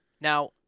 now